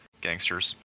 gangsters